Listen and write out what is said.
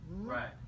Right